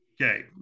Okay